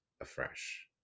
afresh